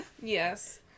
yes